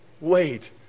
Wait